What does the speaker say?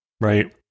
Right